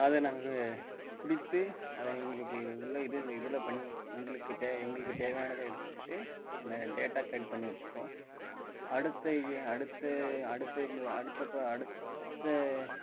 அதை நாங்கள் குறித்து அதை எங்களுக்கு உள்ள இது இதில் பண்ணி எங்களுக்கு தேவை எங்களுக்கு தேவையானதை எடுத்துக்கிட்டு அந்த டேட்டா கலெக்ட் பண்ணி வச்சுப்போம் அடுத்த இய அடுத்த அடுத்த அடுத்த ப அடுத்த